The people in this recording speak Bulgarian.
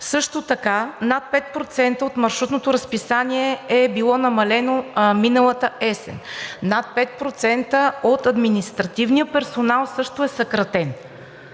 оптимизация. Над 5% от маршрутното разписание е било намалено миналата есен. Над 5% от административния персонал също е съкратен.